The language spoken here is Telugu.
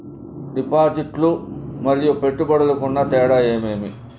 డిపాజిట్లు లు మరియు పెట్టుబడులకు ఉన్న తేడాలు ఏమేమీ?